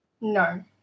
No